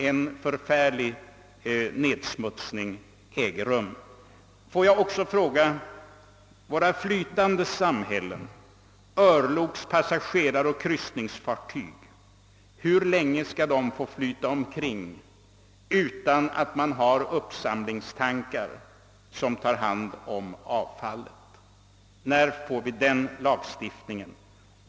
En förfärlig nedsmutsning äger rum. Hur länge skall våra örlogs-, passageraroch kryssningsfartyg få flyta omkring utan att man har uppsamlingstankar för avfallet? När får vi den lagstiftningen?